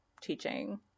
teaching